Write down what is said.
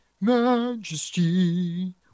majesty